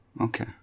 okay